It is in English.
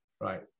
Right